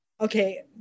Okay